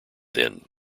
then